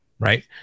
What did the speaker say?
Right